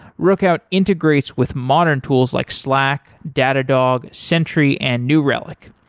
rookout integrates with modern tools like slack, data dog, century and new relic.